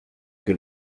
que